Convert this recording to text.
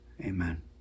amen